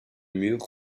mur